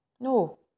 no